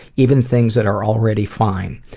even things that are already fine.